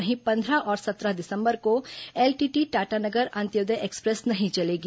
वहीं पन्द्रह और सत्रह दिसम्बर को एलटीटी टाटानगर अंत्योदय एक्सप्रेस नहीं चलेगी